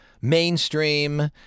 mainstream